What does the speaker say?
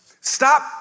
Stop